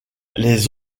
les